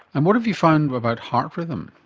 and what have you found about heart rhythm?